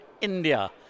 India